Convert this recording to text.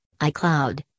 iCloud